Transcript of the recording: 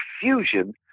fusion